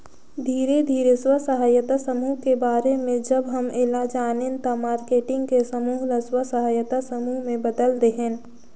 धीरे धीरे स्व सहायता समुह के बारे में जब हम ऐला जानेन त मारकेटिंग के समूह ल स्व सहायता समूह में बदेल देहेन